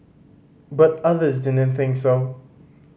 but others didn't think so